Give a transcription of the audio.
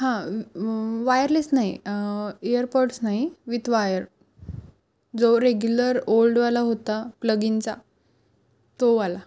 हां वायरलेस नाही इअरपॉड्स ना विथ वायर जो रेग्युलर ओल्डवाला होता प्लगिंगचा तोवाला